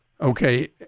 Okay